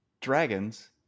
dragons